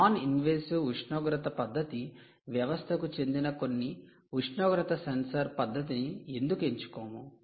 non invasive ఉష్ణోగ్రత పద్ధతి వ్యవస్థకు చెందిన కొన్ని ఉష్ణోగ్రత సెన్సార్ పద్ధతిని ఎందుకు ఎంచుకోము